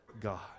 God